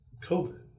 COVID